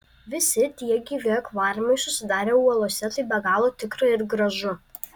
visi tie gyvi akvariumai susidarę uolose tai be galo tikra ir gražu